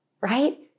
right